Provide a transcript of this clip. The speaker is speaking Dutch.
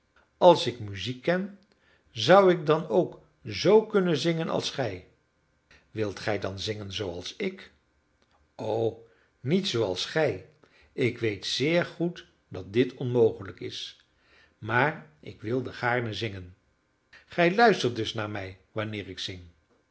als ik muziek ken zou ik dan ook zoo kunnen zingen als gij wilt gij dan zingen zooals ik o niet zooals gij ik weet zeer goed dat dit onmogelijk is maar ik wilde gaarne zingen gij luistert dus naar mij wanneer ik zing